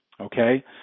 Okay